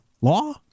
law